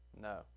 No